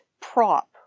prop